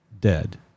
dead